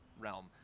realm